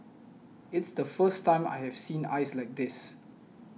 it's the first time I have seen ice like this